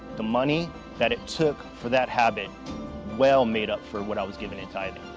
the money that it took for that habit well made up for what i was giving in tithing.